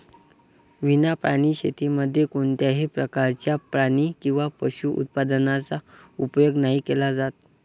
विना प्राणी शेतीमध्ये कोणत्याही प्रकारच्या प्राणी किंवा पशु उत्पादनाचा उपयोग नाही केला जात